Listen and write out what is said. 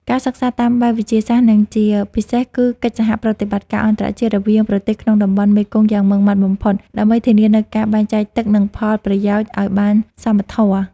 ការសិក្សាតាមបែបវិទ្យាសាស្ត្រ និងជាពិសេសគឺកិច្ចសហប្រតិបត្តិការអន្តរជាតិរវាងប្រទេសក្នុងតំបន់មេគង្គយ៉ាងម៉ឺងម៉ាត់បំផុត ដើម្បីធានានូវការបែងចែកទឹក និងផលប្រយោជន៍ឱ្យបានសមធម៌។